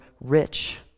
rich